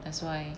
that's why